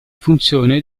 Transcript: funzione